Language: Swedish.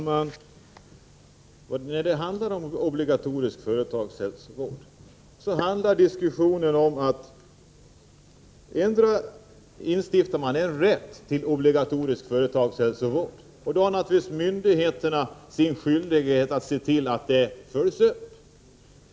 Fru talman! När det gäller obligatorisk företagshälsovård handlar diskussionen om att antingen instifta en rätt till obligatorisk företagshälsovård— och då har naturligtvis myndigheterna skyldighet att se till att det följs upp — eller att träffa avtal.